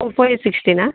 Oppo a sixteen